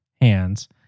hands